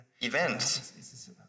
events